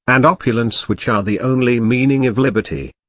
and opulence which are the only meaning of liberty.